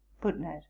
Footnote